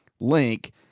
link